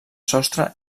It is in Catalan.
sostre